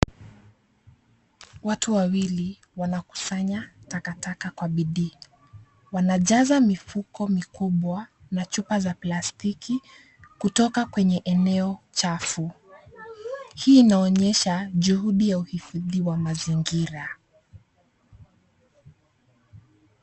Watu wawili wanakusanya takataka kwa bidii. Wanajaza mifuko mikubwa na chupa za plastiki kutoka kwenye eneo chafu. Hii inaonyesha juhudi ya uhifadhi wa mazingira.